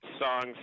songs